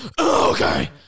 Okay